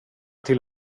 till